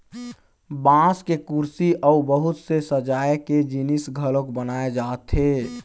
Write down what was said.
बांस के कुरसी अउ बहुत से सजाए के जिनिस घलोक बनाए जाथे